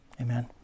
Amen